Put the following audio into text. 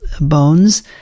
bones